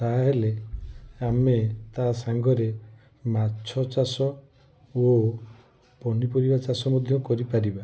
ତାହେଲେ ଆମେ ତା' ସାଙ୍ଗରେ ମାଛ ଚାଷ ଓ ପନିପରିବା ଚାଷ ମଧ୍ୟ କରିପାରିବା